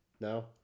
No